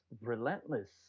relentless